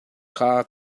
kha